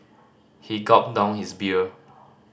he gulped down his beer